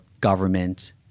government